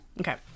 Okay